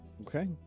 Okay